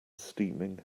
steaming